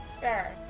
Fair